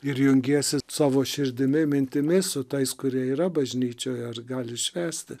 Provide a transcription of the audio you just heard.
ir jungiesi savo širdimi mintimis su tais kurie yra bažnyčioj ar gali švęsti